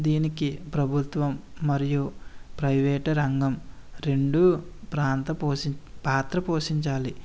దీనికి ప్రభుత్వం మరియు ప్రైవేటు రంగం రెండు ప్రాంత పోషి పాత్ర పోషించాలి